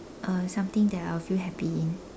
uh something that I will feel happy in